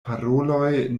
paroloj